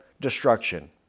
destruction